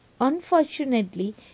Unfortunately